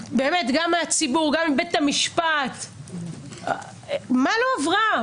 גם מהציבור, גם מבית המשפט, מה לא עברה?